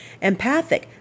empathic